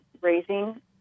raising